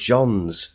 Johns